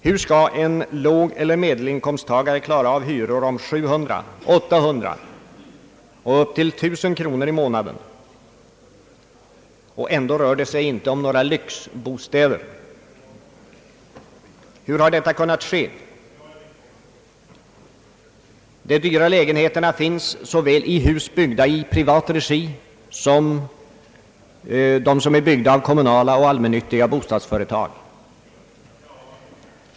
Hur skall en lågeller medelinkomsttagare klara av hyror på 700, 800 och upp till 1 060 kronor i månaden? Ändå rör det sig inte om några lyxbostäder. Hur har detta kunnat ske? De dyra lägenheterna finns såväl i hus byggda i privat regi som i hus byggda av kommunala och allmännyttiga bostadsföretag.